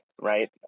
Right